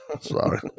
sorry